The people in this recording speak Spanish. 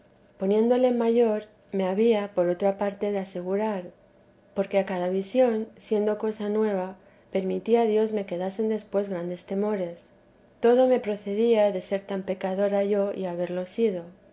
poniéndomele mayor me había por otra parte de asegurar porque a cada visión siendo cosa nueva permitía dios me quedasen después grandes temores todo me procedía de ser tan pecadora yo y haberlo sido